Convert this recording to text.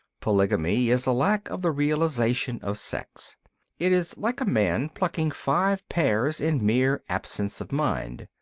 polygamy is a lack of the realization of sex it is like a man plucking five pears in mere absence of mind.